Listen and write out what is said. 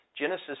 Genesis